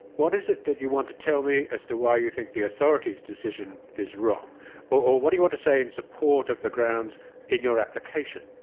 what is it that you want to tell me as to why you think the authority's decision is wrong or what do you want to say in support of the grounds in your application?